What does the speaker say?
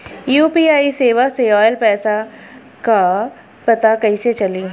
UPI सेवा से ऑयल पैसा क पता कइसे चली?